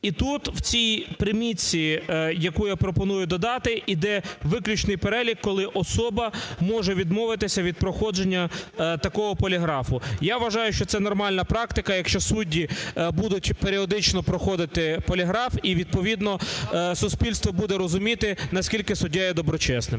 І тут в цій примітці, яку я пропоную додати, йде виключний перелік, коли особа може відмовитися від проходження такого поліграфу. Я вважаю, що це нормальна практика, якщо судді будуть періодично проходити поліграф, і відповідно суспільство буде розуміти, наскільки суддя є доброчесним.